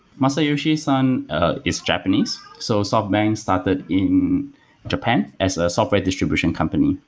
masayoshi son is japanese. so softbank started in japan as a software distribution company.